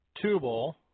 Tubal